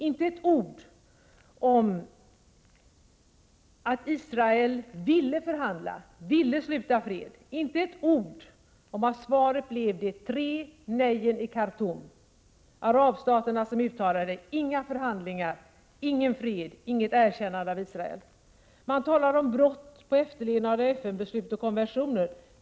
Inte ett ord om att Israel ville förhandla, ville sluta fred. Inte ett ord om, att svaret blev de tre nejen i Karthum. Arabstaterna uttalade: inga förhandlingar, ingen fred, inget erkännande av Israel. Man talar om krav på efterlevnad av FN-beslut och konventioner.